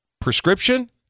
prescription